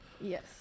Yes